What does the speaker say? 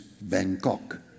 Bangkok